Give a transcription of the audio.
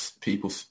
people